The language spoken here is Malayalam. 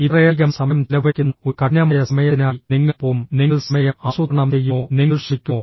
ഇത്രയധികം സമയം ചെലവഴിക്കുന്ന ഒരു കഠിനമായ സമയത്തിനായി നിങ്ങൾ പോകും നിങ്ങൾ സമയം ആസൂത്രണം ചെയ്യുമോ നിങ്ങൾ ശ്രമിക്കുമോ